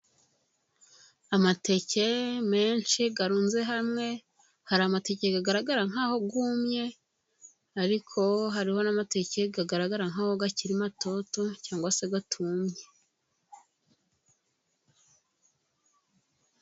Amateke menshi arunze hamwe, hari amatike agaragara nkaho yumye, ariko hariho n'amateke agaragara nk'aho akiri matoto cyangwa se atumye.